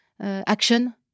action